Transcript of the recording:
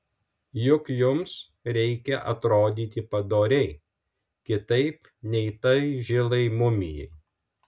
juk jums reikia atrodyti padoriai kitaip nei tai žilai mumijai